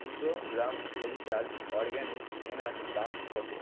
দুশো gram vegetal organic হেনার দাম কতো